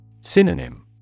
Synonym